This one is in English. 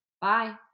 Bye